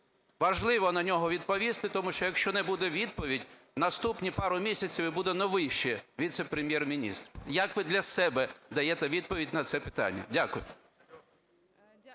Важливо на нього відповісти, тому що, якщо не буде відповідь, наступні пару місяців - і буде новий ще віце-прем'єр-міністр. Як ви для себе даєте відповідь на це питання? Дякую.